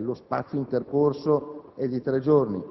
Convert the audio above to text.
lo spazio intercorso sarà di tre giorni.